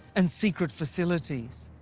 and secret facilities.